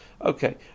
Okay